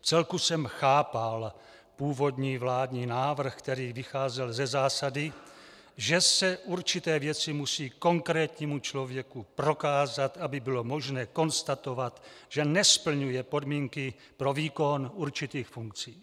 Vcelku jsem chápal původní vládní návrh, který vycházel ze zásady, že se určité věci musí konkrétnímu člověku prokázat, aby bylo možné konstatovat, že nesplňuje podmínky pro výkon určitých funkcí.